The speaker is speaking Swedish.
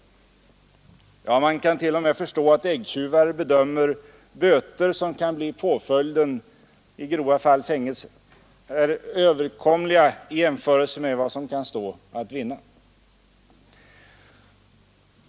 Ja, man kan t.o.m. förstå att äggtjuvar bedömer saken så att de böter som kan bli påföljden — i grova fall fängelse — är överkomliga i jämförelse med vad som kan stå att vinna.